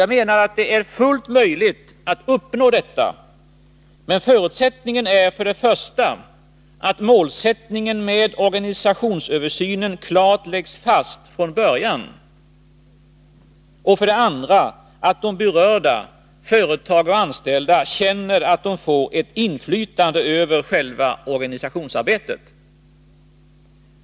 Jag menar att det är fullt möjligt att uppnå detta. Men förutsättningen är för det första att målsättningen med organisationsöversynen klart läggs fast från början och för det andra att de berörda — företag och anställda — känner att de får inflytande över själva organisationsarbetet.